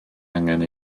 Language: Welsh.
angen